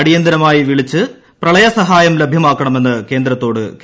അടിയന്തിരമായി വിളിച്ച് പ്രളയസഹായം ലഭ്യമാക്കണമെന്ന് കേന്ദ്രത്തോട് കേരളം